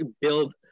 build